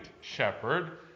shepherd